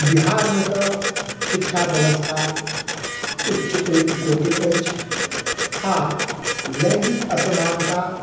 बिहारमे तऽ शिक्षा व्यवस्था उच्च अइ कोटिके अछि आ लैङ्गिक असमानता